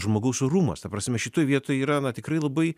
žmogaus orumas ta prasme šitoj vietoj yra na tikrai labai